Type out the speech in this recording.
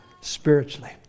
spiritually